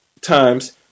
times